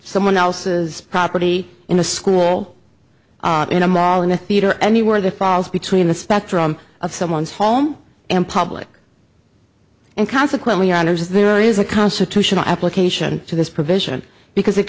someone else's property in a school in a mall in a theatre anywhere the falls between the spectrum of someone's home and public and consequently honors there is a constitutional application to this provision because it